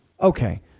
Okay